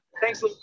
thanks